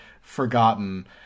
forgotten